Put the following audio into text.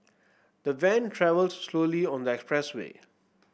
the van travelled slowly on the expressway